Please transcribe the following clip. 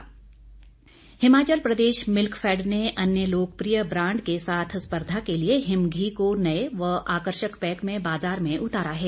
Virendra Kanwar Himachal Pradesh Milkfed ने अन्य लोकप्रिय ब्रांड के साथ स्पर्धा के लिए हिम घी को नए व आकर्षक पैक में बाजार में उताया है